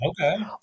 Okay